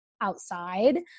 outside